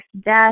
death